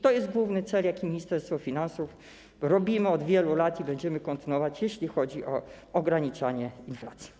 To jest główny cel, do którego Ministerstwo Finansów dąży od wielu lat i który będziemy kontynuować, jeśli chodzi o ograniczanie inflacji.